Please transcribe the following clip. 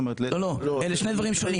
לא, אלו שני דברי שונים.